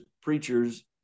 preachers